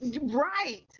right